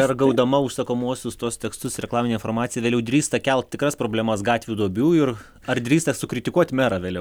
ar gaudama užsakomuosius tuos tekstus reklaminę informaciją vėliau drįsta kelt tikras problemas gatvių duobių ir ar drįsta sukritikuot merą vėliau